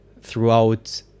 throughout